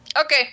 Okay